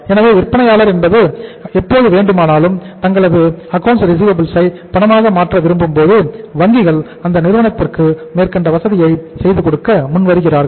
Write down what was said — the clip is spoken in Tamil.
எனவே விற்பனையாளர் எப்போது வேண்டுமானாலும் தங்களது அக்கவுண்ட்ஸ் ரிசிவபில்ஸ் ஐ பணமாக மாற்ற விரும்பும் போது வங்கிகள் அந்த நிறுவனத்திற்கு மேற்கண்ட வசதியை செய்து கொடுக்க முன்வருகிறார்கள்